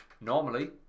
Normally